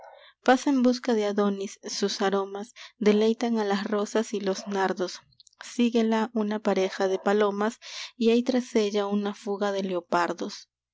pasa en busca de adonis sus aromas deleitan a las rosas y los nardos síguela una pareja de palomas y hay tras ella una fuga de leopardos